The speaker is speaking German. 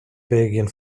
belgien